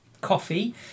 coffee